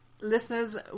Listeners